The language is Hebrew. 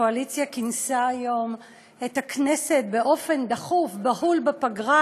הקואליציה כינסה היום את הכנסת באופן דחוף-בהול בפגרה